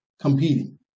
competing